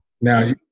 Now